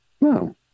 No